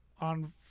on